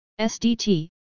SDT